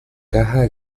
caja